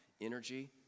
energy